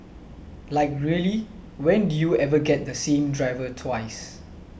like really when do you ever get the same driver twice